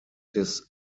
des